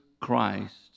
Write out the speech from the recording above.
Christ